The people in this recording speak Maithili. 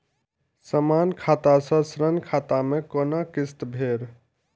समान खाता से ऋण खाता मैं कोना किस्त भैर?